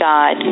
God